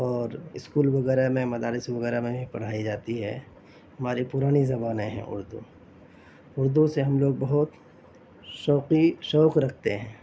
اور اسکول وغیرہ میں مدارس وغیرہ میں بھی پڑھائی جاتی ہے ہماری پرانی زبانیں ہیں اردو اردو سے ہم لوگ بہت شوقی شوق رکھتے ہیں